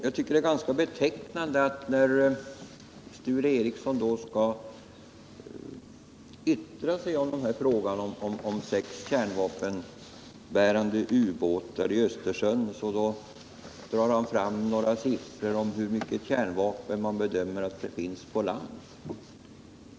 Jag tycker det är ganska betecknande, att när Sture Ericson skall yttra sig om frågan om sex kärnvapenbärande ubåtar i Östersjön, drar han fram några siffror om hur mycket kärnvapen man bedömer att det finns på land.